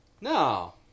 No